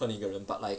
恨一个人 but like